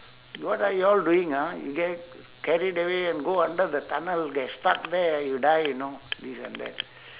what are you all doing ah you get carried away and go under the tunnel get stuck there you'll die you know this and that